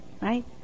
Right